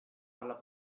alla